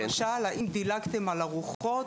למשל האם דילגתם על ארוחות,